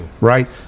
Right